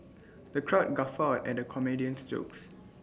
the crowd guffawed at the comedian's jokes